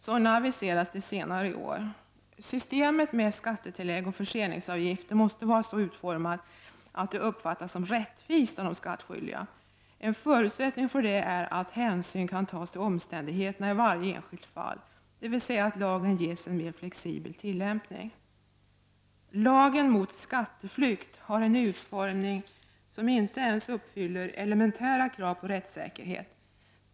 Sådana aviseras till senare i år. Systemet med skattetillägg och förseningsavgifter måste vara så utformat att det uppfattas som rättvist av de skattskyldiga. En förutsättning för det är att hänsyn kan tas till omständigheterna i varje enskilt fall, dvs. att lagen ges en mera flexibel tillämpning. Lagen om skatteflykt har en utformning som inte ens uppfyller elementära krav på rättssäkerhet.